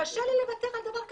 קשה לי לוותר על דבר הזה.